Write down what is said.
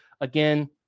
Again